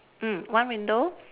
mm one window